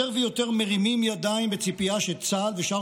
יותר ויותר מרימים ידיים מהציפייה שצה"ל ושאר